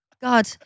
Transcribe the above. god